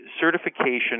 Certification